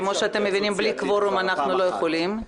כפי שאתם מבינים, בלי קוורום אנחנו לא יכולים.